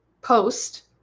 post